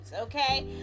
okay